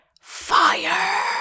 Fire